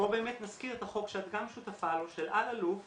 פה נזכיר את החוק שאת גם שותפה לו של אלאלוף